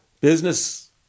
Business